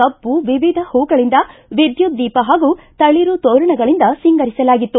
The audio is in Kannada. ಕಬ್ಬು ವಿವಿಧ ಹೂಗಳಿಂದ ವಿದ್ಯುತ್ ದೀಪ ಹಾಗೂ ತಳಿರು ತೋರಣಗಳಿಂದ ಸಿಂಗರಿಸಲಾಗಿತ್ತು